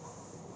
average